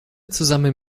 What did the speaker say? zusammen